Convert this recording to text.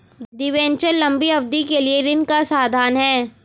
debenture लंबी अवधि के लिए ऋण का साधन है